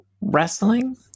wrestling